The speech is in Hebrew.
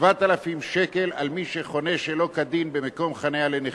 7,000 שקל, על מי שחונה שלא כדין במקום של נכה.